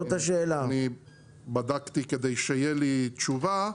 אני בדקתי כדי שתהיה לי תשובה.